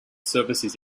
services